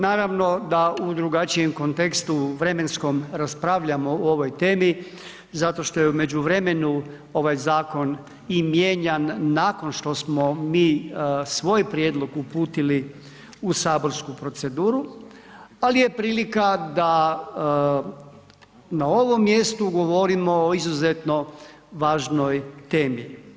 Naravno da u drugačijem kontekstu vremenskom raspravljamo o ovoj temi zato što je u međuvremenu ovaj zakon i mijenjan nakon što smo mi svoj prijedlog uputili u saborsku proceduru, al je prilika da na ovom mjestu govorimo o izuzetno važnoj temi.